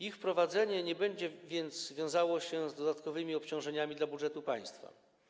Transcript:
Ich wprowadzenie nie będzie więc wiązało się z dodatkowymi obciążeniami dla budżetu państwa.